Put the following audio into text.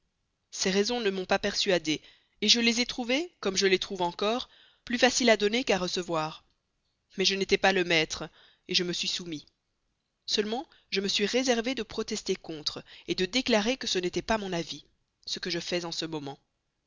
ces raisons ne m'ont pas persuadé je les ai trouvées comme je les trouve encore plus faciles à donner qu'à recevoir mais je n'étais pas le maître je me suis soumis seulement je me suis réservé de protester contre de déclarer que ce n'était pas mon avis ce que je fais en ce moment